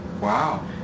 Wow